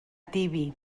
tibi